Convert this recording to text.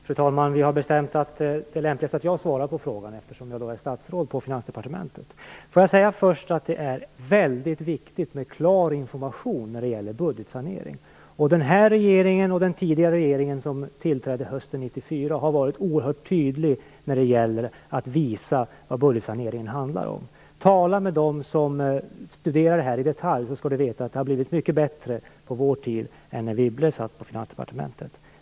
Fru talman! Vi har bestämt att det är lämpligt att jag svarar på frågan, eftersom jag är statsråd på Finansdepartementet. Får jag först säga att det är väldigt viktigt med klar information när det gäller budgetsanering. Den här regeringen har, liksom den tidigare regeringen, som tillträdde hösten 1994, varit oerhört tydlig när det gäller att visa vad budgetsaneringen handlar om. Om Anne Wibble talar med dem som studerar det här i detalj skall hon få veta att det har blivit mycket bättre på vår tid än det var när hon satt på Finansdepartementet.